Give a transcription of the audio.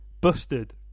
Busted